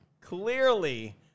clearly